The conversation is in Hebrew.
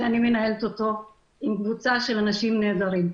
שאני מנהלת אותו עם קבוצה של אנשים נהדרים.